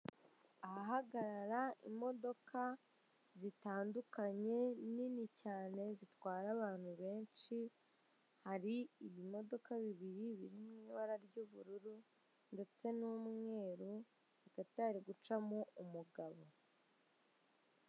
Ahahagarara imodoka zitandukanye nini cyane zitwara abantu benshi, hari ibimodoka bibiri birimo ibara ry'ubururu ndetse n'umweru hagati hari gucamo umugabo.